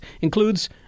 includes